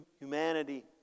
humanity